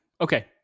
okay